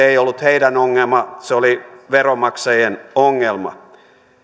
ei ollut heidän ongelmansa se oli veronmaksajien ongelma